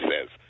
says